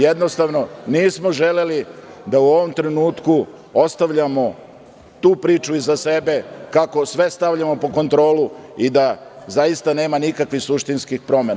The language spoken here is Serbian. Jednostavno, nismo želeli da u ovom trenutku ostavljamo tu priču iza sebe, kako sve stavljamo pod kontrolu i da zaista nema nikakvih suštinskih promena.